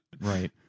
Right